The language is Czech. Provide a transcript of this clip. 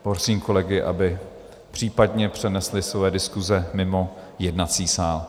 Prosím kolegy, aby případně přenesli své diskuse mimo jednací sál.